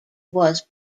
was